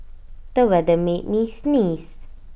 the weather made me sneeze